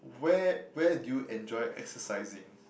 where where do you enjoy exercising